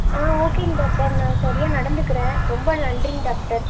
ஆ ஓகேங்க டாக்டர் நான் சரியாக நடந்துக்கிறேன் ரொம்ப நன்றிங்க டாக்டர்